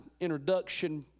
introduction